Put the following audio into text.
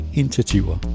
initiativer